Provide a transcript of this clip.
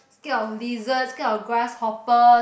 scared of lizard scared of grasshopper